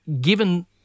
given